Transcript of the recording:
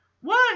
One